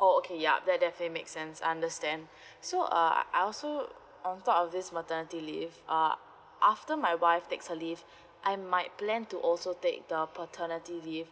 oh okay yup that definitely make sense understand so uh I also on top of this maternity leave uh after my wife takes her leave I might plan to also take the paternity leave